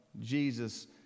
Jesus